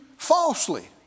falsely